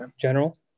general